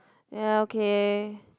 ya okay